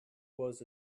was